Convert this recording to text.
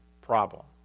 problem